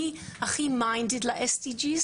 מי הכי "מיינטד" ל-SDG,